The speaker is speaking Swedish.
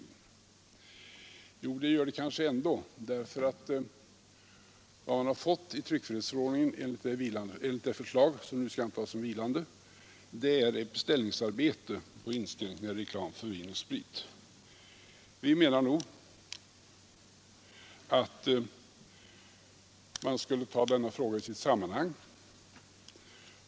Jo, det gör det kanske ändå därför att vad man har fått i tryckfrihetsförordningen enligt det förslag som nu skall antas som vilande är ett beställningsarbete om inskränkningar i reklam för vin och sprit. Vi menar nog att man skulle ta denna fråga i sitt sammanhang.